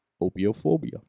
opiophobia